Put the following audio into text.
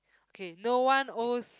K no one owes